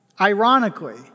Ironically